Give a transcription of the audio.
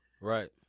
Right